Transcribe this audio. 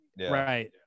Right